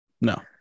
No